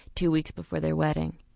two weeks before their wedding.